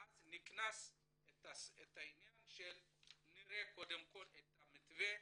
ואז נכנס העניין של נראה קודם כל את המתווה,